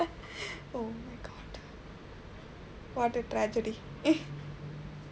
oh my god what a tragedy